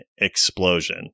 explosion